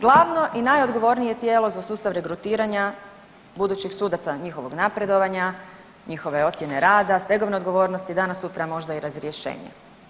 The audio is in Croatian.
Glavno i najodgovornije tijelo za sustav regrutiranja budućih sudaca, njihovog napredovanja, njihove ocjene rada, stegovne odgovornosti, danas-sutra možda i razrješenja.